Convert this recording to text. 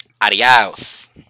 Adios